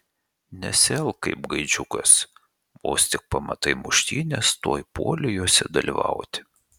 nesielk kaip gaidžiukas vos tik pamatai muštynes tuoj puoli jose dalyvauti